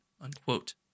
unquote